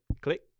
Click